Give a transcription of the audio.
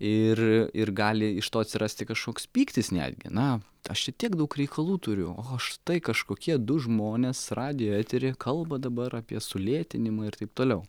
ir ir gali iš to atsirasti kažkoks pyktis netgi na aš čia tiek daug reikalų turiu o štai kažkokie du žmonės radijo etery kalba dabar apie sulėtinimą ir taip toliau